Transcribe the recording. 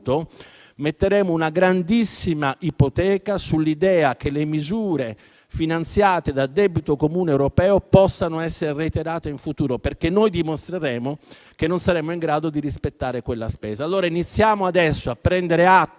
metteremo una grandissima ipoteca sull'idea che le misure finanziate da debito comune europeo possano essere reiterate in futuro. Noi dimostreremo infatti di non essere in grado di rispettare quella spesa. Iniziamo adesso a prendere atto